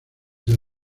del